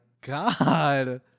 God